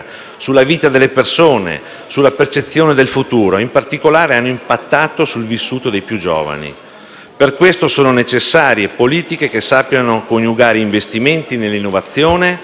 sulla vita delle persone e sulla loro percezione del futuro; in particolare, hanno impattato sul vissuto dei più giovani. Per questo sono necessarie politiche che sappiano coniugare investimenti nell'innovazione